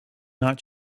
not